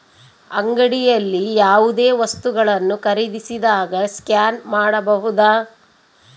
ಅಂಗಡಿಯಲ್ಲಿ ಯಾವುದೇ ವಸ್ತುಗಳನ್ನು ಖರೇದಿಸಿದಾಗ ಸ್ಕ್ಯಾನ್ ಮಾಡಬಹುದಾ?